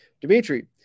Dimitri